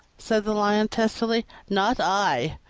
said the lion testily not i!